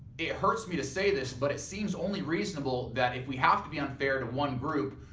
it hurts me to say this, but it seems only reasonable that if we have to be unfair to one group,